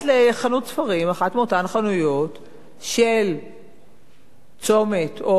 אחת מאותן חנויות של "צומת" או "סטימצקי",